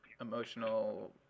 emotional